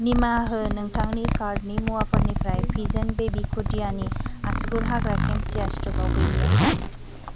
निमाहा हो नोंथांनि कार्टनि मुवाफोरनिफ्राय पिज'न बेबि खुदियानि आसिगुर हाग्रा खेम्सिया स्टकआव गैलिया